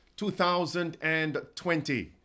2020